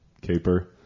caper